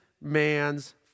man's